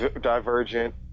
Divergent